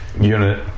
unit